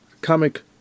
comic